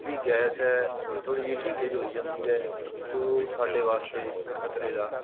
ਉਹਦੀ ਗੈਸ ਹੈ ਥੋੜ੍ਹੀ ਥੋੜ੍ਹੀ ਜਿਹੀ ਲੀਕੇਜ ਹੋਈ ਜਾਂਦੀ ਹੈ ਅਤੇ ਉਹ ਸਾਡੇ ਵਾਸਤੇ ਖਤਰੇ ਦਾ